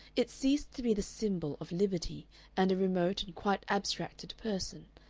it ceased to be the symbol of liberty and a remote and quite abstracted person,